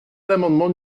l’amendement